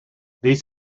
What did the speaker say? these